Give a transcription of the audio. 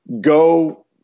go